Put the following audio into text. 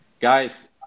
guys